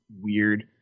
weird